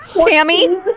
Tammy